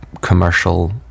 commercial